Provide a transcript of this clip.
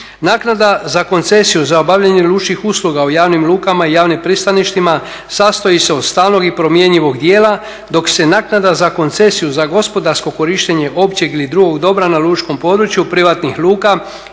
Naknada za koncesiju za obavljanje lučkih usluga u javnim lukama i javnim pristaništima sastoji se od stalnog i promjenjivog dijela dok se naknada za koncesiju za gospodarsko korištenje općeg ili drugog dobra na lučkom području privatnih luka